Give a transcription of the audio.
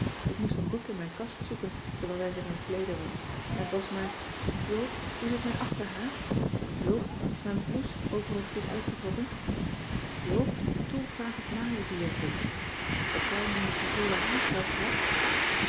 ik moest een boek in mijn kast zoeken terwijl zij zich aan t kleeden was en t was maar joop hoe zit mijn achterhaar joop is mijn blouse overal goed uitgetrokken joop toe vraag of ma cissy van marxveldt de h b s tijd van joop ter heul even hier komt heb jij mijn ivoren haarspeld gehad